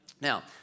Now